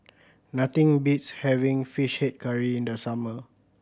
nothing beats having Fish Head Curry in the summer